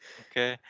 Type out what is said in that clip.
okay